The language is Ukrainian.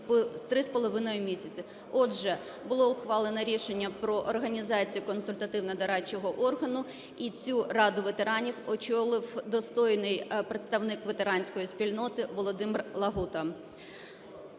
три з половиною місяці. Отже, було ухвалено рішення про організацію консультативно-дорадчого органу, і цю Раду ветеранів очолив достойний представник ветеранської спільноти Володимир Лагута.